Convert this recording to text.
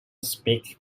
speak